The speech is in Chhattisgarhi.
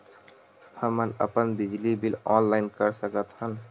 हमन अपन बिजली बिल ऑनलाइन कर सकत हन?